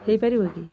ହୋଇପାରିବ କି